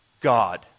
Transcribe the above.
God